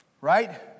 right